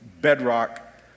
bedrock